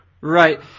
Right